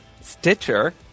Stitcher